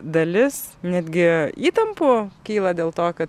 dalis netgi įtampų kyla dėl to kad